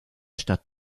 stadt